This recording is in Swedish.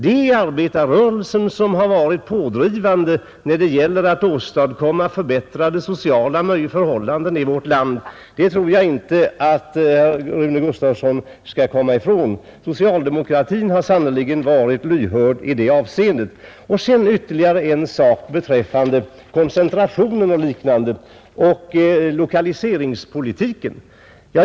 Det är arbetarrörelsen som har varit pådrivande när det varit fråga om att åstadkomma förbättrade sociala förhållanden i vårt land, Det tror jag inte att herr Gustavsson kan komma ifrån. Socialdemokratin har verkligen varit lyhörd i det fallet. Så ytterligare några ord om koncentrationen och lokaliseringspolitiken.